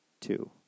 two